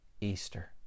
Easter